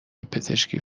پزشکی